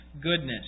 goodness